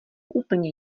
úplně